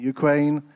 Ukraine